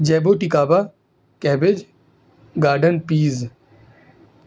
جیبو ٹکابا cabbage garden Ps